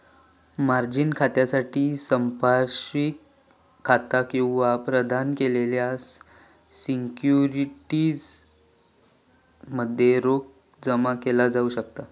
margin खात्यासाठी संपार्श्विक खाता किंवा प्रदान केलेल्या सिक्युरिटीज मध्ये रोख जमा केला जाऊ शकता